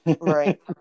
Right